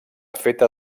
feta